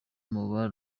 muri